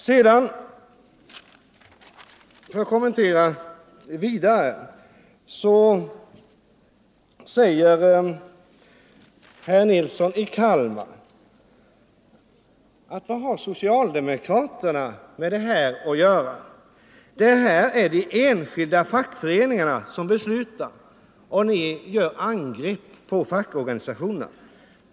Vidare frågade herr Nilsson i Kalmar: Vad har socialdemokraterna med det här att göra? Här är det ju de enskilda fackföreningarna som beslutar. Ni gör angrepp på fackorganisationerna.